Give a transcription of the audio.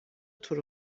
طور